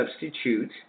substitute